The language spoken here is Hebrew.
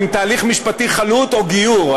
תהליך משפטי חלוט או גיור.